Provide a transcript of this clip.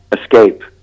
escape